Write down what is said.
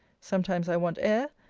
sometimes i want air,